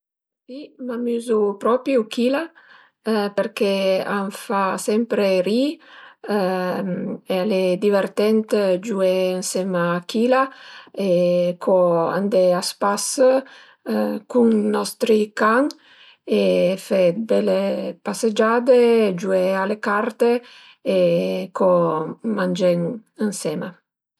Si m'amüzu propi u chila perché a m'fa sempre ri-i e al e divertent giué ënsema a chila e co andé a spas cun nostri can e fe d'bele pasegiade e giué a le carte e co mangé ënsema